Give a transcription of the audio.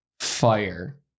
fire